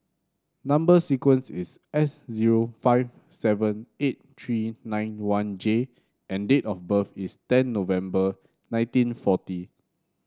number sequence is S zero five seven eight three nine one J and date of birth is ten November nineteen forty